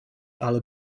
ale